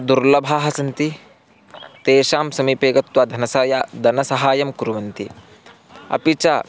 दुर्लभाः सन्ति तेषां समीपे गत्वा धनसाया धनसहायं कुर्वन्ति अपि च